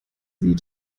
sie